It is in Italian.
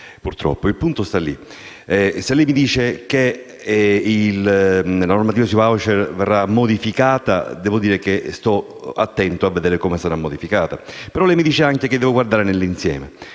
soddisfatto. Se lei mi dice che la normativa sui *voucher* verrà modificata, devo dire che starò attento a vedere come sarà modificata. Però lei mi dice anche che devo guardare all'insieme.